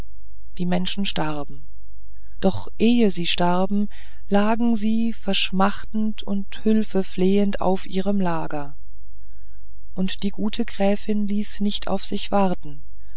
die menschen starben doch ehe sie starben lagen sie verschmachtend und hülfeflehend auf ihrem lager und die gute gräfin ließ nicht auf sich warten